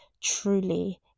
truly